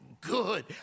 good